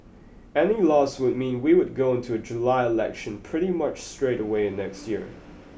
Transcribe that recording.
any loss would mean we could go into a July election pretty much straight away next year